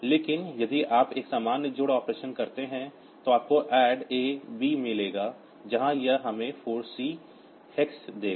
लेकिन यदि आप एक सामान्य जोड़ ऑपरेशन करते हैं तो आपको add A B मिलेगा जहां यह हमें 4C hex देगा